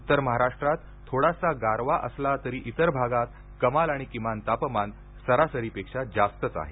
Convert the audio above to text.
उत्तर महाराष्ट्रात थोडासा गारावा असला तरी इतर भागात कमाल आणि किमान तापमान सरासरी पेक्षा जास्तच आहे